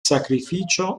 sacrificio